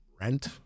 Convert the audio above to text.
Rent